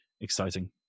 exciting